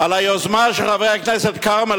על היוזמה של חבר הכנסת כרמל,